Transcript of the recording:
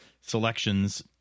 selections